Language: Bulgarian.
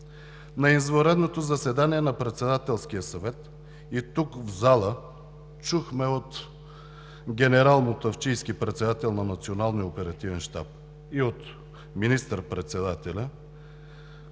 На извънредното заседание на Председателския съвет и тук, в залата, чухме и от генерал Мутафчийски – председател на Националния оперативен щаб, и от министър-председателя